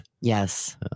Yes